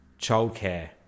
childcare